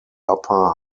upper